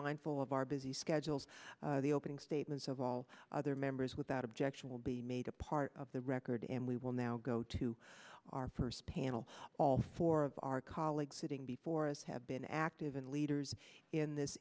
mindful of our busy schedules the opening statements of all other members without objection will be made a part of the record and we will now go to our first panel all four of our colleagues sitting before us have been active and leaders in this